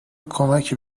کمکی